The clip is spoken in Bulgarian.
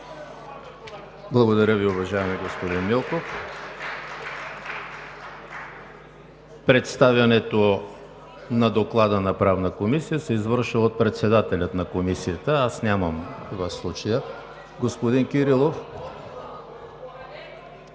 Благодаря Ви, уважаеми господин Милков. Представянето на Доклада на Правната комисия се извършва от председателя на Комисията, аз нямам в случая...